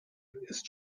ist